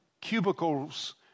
cubicles